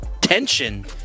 tension